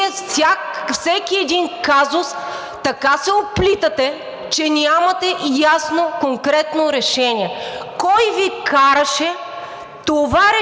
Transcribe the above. всеки един казус така се оплитате, че нямате ясно конкретно решение. Кой Ви караше това решение